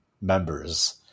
members